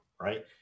right